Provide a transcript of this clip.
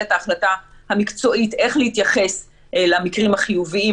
את ההחלטה המקצועית איך להתייחס למקרים החיוביים,